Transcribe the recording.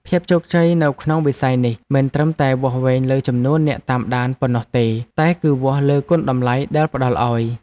ភាពជោគជ័យនៅក្នុងវិស័យនេះមិនត្រឹមតែវាស់វែងលើចំនួនអ្នកតាមដានប៉ុណ្ណោះទេតែគឺវាស់លើគុណតម្លៃដែលផ្ដល់ឱ្យ។